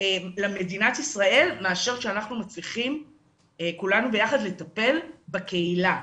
למדינת ישראל מאשר כשאנחנו מצליחים כולנו ביחד לטפל בקהילה.